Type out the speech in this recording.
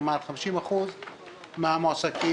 כמעט 50% מהמועסקים,